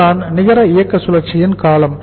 இதுதான் நிகர இயக்க சுழற்சியின் காலம்